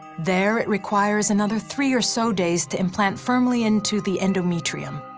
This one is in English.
there, it requires another three or so days to implant firmly into the endometrium,